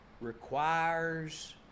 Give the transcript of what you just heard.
requires